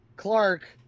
clark